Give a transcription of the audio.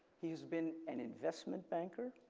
he's been an investment banker,